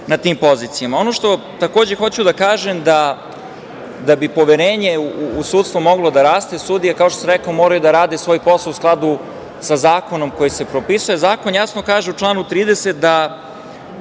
na tim pozicijama. Ono što takođe hoću da kažem da bi poverenje u sudstvo moglo da raste, sudije, kao što sam rekao, moraju da rade svoj posao u skladu sa zakonom koji se propisuje. Zakon jasno kaže u članu 30. da